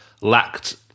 lacked